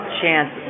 chance